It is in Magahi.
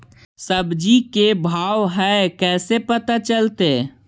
सब्जी के का भाव है कैसे पता चलतै?